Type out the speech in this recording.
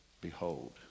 behold